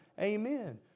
Amen